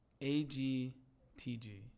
A-G-T-G